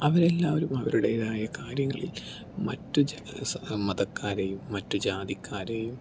അവരെല്ലാവരും അവരുടേതായ കാര്യങ്ങളിൽ മറ്റു ജന മതക്കാരെയും മറ്റ് ജാതിക്കാരെയും